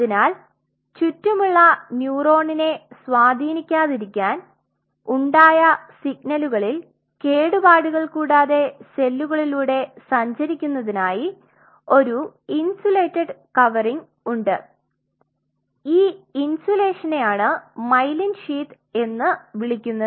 അതിനാൽ ചുറ്റുമുള്ള ന്യൂറോണിനെ സ്വാധീനിക്കാതിരിക്കാൻ ഉണ്ടായ സിഗ്നലുകളിൽ കേടുപാടുകൾ കൂടാതെ സെല്ലുകളിലൂടെ സഞ്ചരിക്കുന്നതിനായി ഒരു ഇന്സുലേറ്റഡ് കവറിങ് ഉണ്ട് ഈ ഇൻസുലേഷനെയാണ് മൈലീൻ ഷീത്ത് എന്ന് വിളിക്കുന്നത്